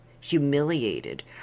humiliated